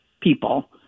people